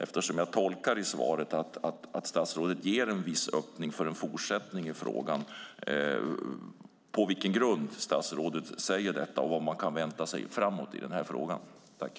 Eftersom jag tolkar svaret så att statsrådet ger en viss öppning för en fortsättning i frågan undrar jag på vilka grunder hon gör det och vad man kan vänta sig framöver när det gäller den här frågan.